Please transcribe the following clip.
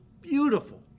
beautiful